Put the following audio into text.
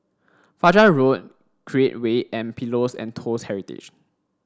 Fajar Road Create Way and Pillows and Toast Heritage